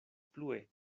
plue